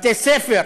בתי ספר,